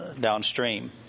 downstream